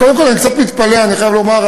קודם כול, אני קצת מתפלא, אני חייב לומר.